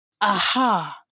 Aha